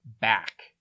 back